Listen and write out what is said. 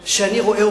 יגרש.